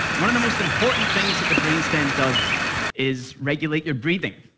one of the most important things that the brainstem does is regulate your breathing.